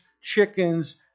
chickens